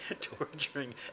torturing